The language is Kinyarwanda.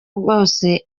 bwose